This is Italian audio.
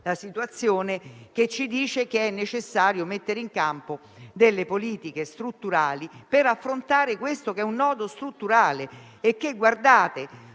la situazione e che ci dice che è necessario mettere in campo delle politiche strutturali per affrontare questo nodo strutturale. Non ci